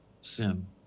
sin